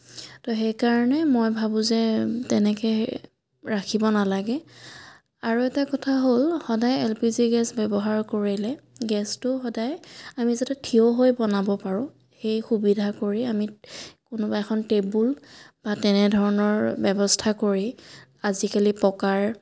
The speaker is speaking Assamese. তো সেইকাৰণে মই ভাবোঁ যে তেনেকৈ ৰাখিব নালাগে আৰু এটা কথা হ'ল সদায় এল পি জি গেছ ব্যৱহাৰ কৰিলে গেছটো সদায় আমি যাতে থিয় হৈ বনাব পাৰোঁ সেই সুবিধা কৰি আমি কোনোবা এখন টেবুল বা তেনেধৰণৰ ব্যৱস্থা কৰি আজিকালি পকাৰ